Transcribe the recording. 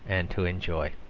and to enjoy.